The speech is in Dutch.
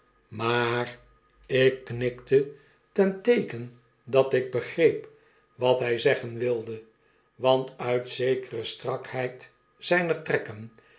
maar ik knikte ten teeken dat ik begreep wat hij zeggen wilde want uit zekere strakheid zyner trekken